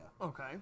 Okay